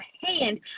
hand